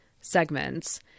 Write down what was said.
segments